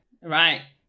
Right